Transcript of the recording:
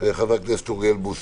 חבר הכנסת אוריאל בוסו.